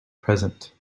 present